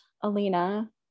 Alina